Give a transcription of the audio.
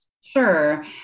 Sure